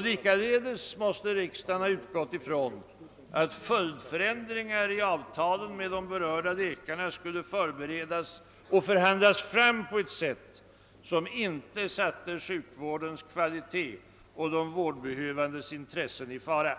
Likaledes måste riksdagen ha utgått från att följdförändringar i avtalen med de berörda läkarna skulle förberedas och förhandlas fram på ett sätt som medförde, att sjukvårdens kvalitet och de vårdsökandes intressen inte sattes i fara.